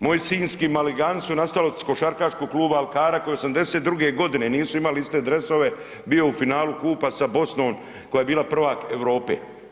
Moji sinjski Maligani su nastali od košarkaškog kluba Alkara koji '82. godine nisu imali iste dresove, bio u finalu kupa sa Bosnom koja je bila prvak Europe.